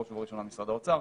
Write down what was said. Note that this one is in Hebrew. בראש ובראשונה משרד האוצר.